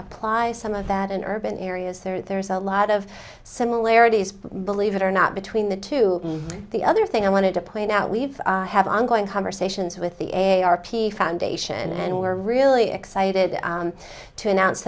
apply some of that in urban areas there's a lot of similarities believe it or not between the two the other thing i wanted to point out we've have ongoing conversations with the a a r p foundation and we're really excited to announce